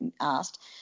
asked